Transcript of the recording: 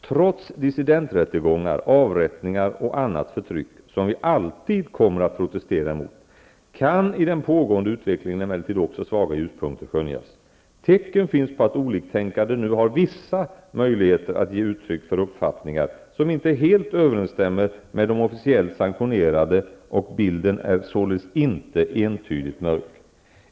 Trots dissidenträttegångar, avrättningar och annat förtryck, som vi alltid kommer att protestera emot, kan i den pågående utvecklingen emellertid också svaga ljuspunkter skönjas. Tecken finns på att oliktänkande nu har vissa möjligheter att ge uttryck för uppfattningar, som inte helt överensstämmer med de officiellt sanktionerade, och bilden är således inte entydigt mörk.